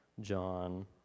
John